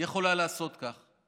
יכולה לעשות כך.